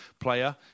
player